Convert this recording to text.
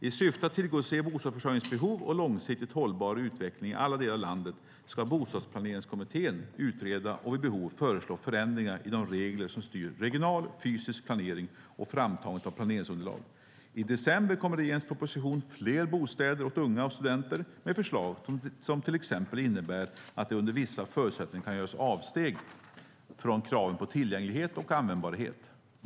I syfte att tillgodose bostadsförsörjningsbehov och långsiktigt hållbar utveckling i alla delar av landet ska Bostadsplaneringskommittén utreda och vid behov föreslå förändringar i de regler som styr regional fysisk planering och framtagande av planeringsunderlag. I december kommer regeringens proposition Fler bostäder åt unga och studenter med förslag som till exempel innebär att det under vissa förutsättningar kan göras avsteg från kraven på tillgänglighet och användbarhet.